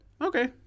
okay